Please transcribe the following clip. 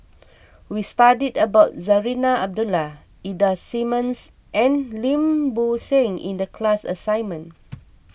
we studied about Zarinah Abdullah Ida Simmons and Lim Bo Seng in the class assignment